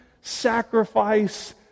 sacrifice